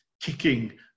kicking